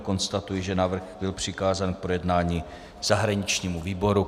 Konstatuji, že návrh byl přikázán k projednání zahraničnímu výboru.